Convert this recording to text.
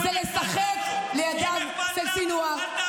תתביישי לך.